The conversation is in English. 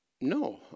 no